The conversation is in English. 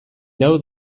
know